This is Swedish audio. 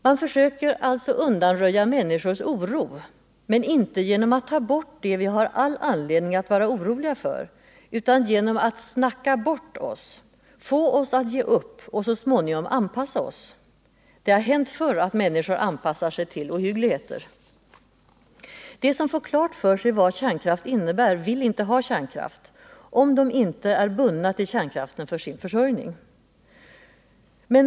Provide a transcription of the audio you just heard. Man försöker alltså undanröja människors oro — inte genom att ta bort det vi har all anledning att vara oroliga för utan genom att snacka bort oss, få oss att ge upp och så småningom anpassa oss. Det har hänt förr att människor anpassat sig till ohyggligheter. De som får klart för sig vad kärnkraft innebär vill inte ha kärnkraft, om de inte är bundna till kärnkraften för sin försörjning.